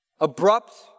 Abrupt